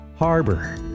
Harbor